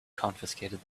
confiscated